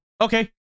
Okay